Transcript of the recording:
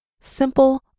Simple